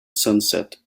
sunset